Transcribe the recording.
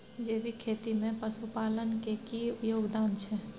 जैविक खेती में पशुपालन के की योगदान छै?